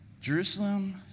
Jerusalem